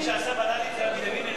מי שעשה ול"לים זה היה בנימין בן-אליעזר,